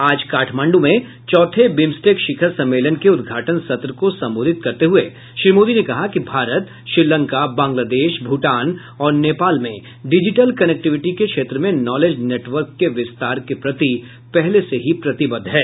आज काठमांडू में चौथे बिम्स्टेक शिखर सम्मेलन के उद्घाटन सत्र को संबोधित करते हुए श्री मोदी ने कहा कि भारत श्रीलंका बांग्लादेश भूटान और नेपाल में डिजिटल कनेक्टिविटी के क्षेत्र में नॉलेज नेटवर्क के विस्तार के प्रति पहले से ही प्रतिबद्ध है